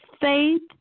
faith